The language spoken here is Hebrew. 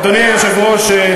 אדוני היושב-ראש,